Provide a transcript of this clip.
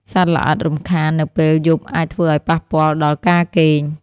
សត្វល្អិតរំខាននៅពេលយប់អាចធ្វើឱ្យប៉ះពាល់ដល់ការគេង។